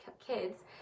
kids